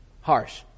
harsh